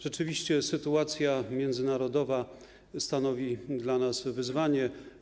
Rzeczywiście sytuacja międzynarodowa stanowi dla nas wyzwanie.